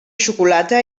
xocolata